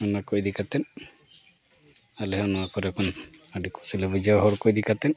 ᱚᱱᱟ ᱠᱚ ᱤᱫᱤ ᱠᱟᱛᱮᱫ ᱟᱞᱮ ᱦᱚᱸ ᱱᱚᱣᱟ ᱠᱚᱨᱮ ᱠᱷᱚᱱ ᱟᱹᱰᱤ ᱠᱩᱥᱤᱞᱮ ᱵᱩᱡᱷᱟᱹᱣᱟ ᱦᱚᱲ ᱠᱚ ᱤᱫᱤ ᱠᱟᱛᱮᱫ